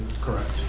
Correct